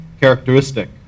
characteristic